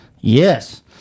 Yes